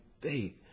faith